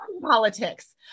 politics